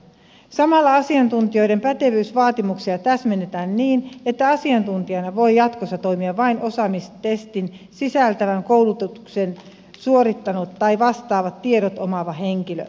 samalla asiantuntijoiden pätevyysvaatimuksia täsmennetään niin että asiantuntijana voi jatkossa toimia vain osaamistestin sisältävän koulutuksen suorittanut tai vastaavat tiedot omaava henkilö